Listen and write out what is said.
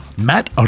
matt